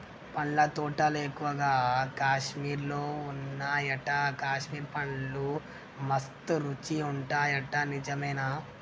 పండ్ల తోటలు ఎక్కువగా కాశ్మీర్ లో వున్నాయట, కాశ్మీర్ పండ్లు మస్త్ రుచి ఉంటాయట నిజమేనా